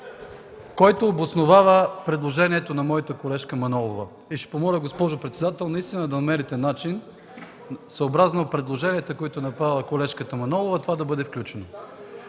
който обосновава предложението на моята колежка Манолова. Ще помоля, госпожо председател, наистина да намерите начин съобразно предложенията, които е направила колежката Манолова, това да бъде включено.